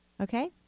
Okay